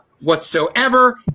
whatsoever